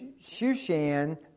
Shushan